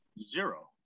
Zero